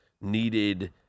needed